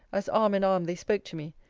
as arm-in-arm they spoke to me,